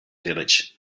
village